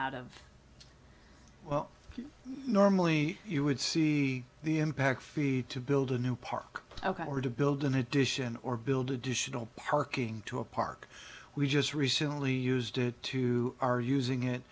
out of well normally you would see the impact fee to build a new park ok or to build an addition or build additional parking to a park we just recently used to are using it